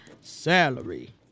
salary